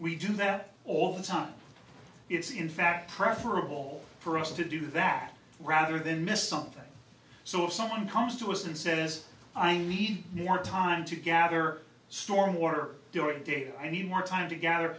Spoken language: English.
we do that all the time it's in fact preferable for us to do that rather than miss something so if someone comes to us and says i need more time to gather stormwater during the day i need more time to gather